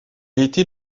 était